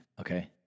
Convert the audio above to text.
Okay